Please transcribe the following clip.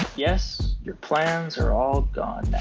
yes, your plans are all gone